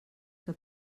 que